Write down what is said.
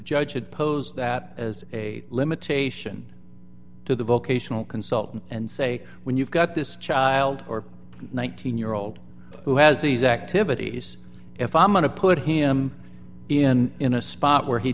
judge had posed that as a limitation to the vocational consultant and say when you've got this child or nineteen year old who has these activities if i'm going to put him in in a spot where he